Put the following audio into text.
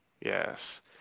Yes